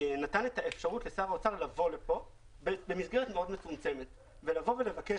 נתן את האפשרות לשר האוצר לבוא לכאן במסגרת מאוד מצומצמת ולבקש